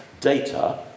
data